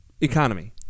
economy